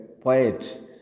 poet